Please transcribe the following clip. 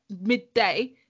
midday